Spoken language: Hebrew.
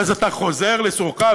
ואז אתה חוזר לסורך,